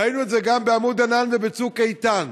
ראינו את זה גם בעמוד ענן ובצוק איתן.